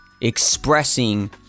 expressing